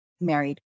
married